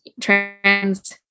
trans